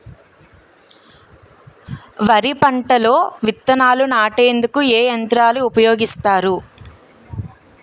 వరి పంటలో విత్తనాలు నాటేందుకు ఏ యంత్రాలు ఉపయోగిస్తారు?